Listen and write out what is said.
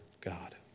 God